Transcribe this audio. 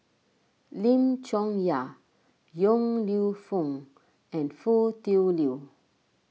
Lim Chong Yah Yong Lew Foong and Foo Tui Liew